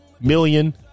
Million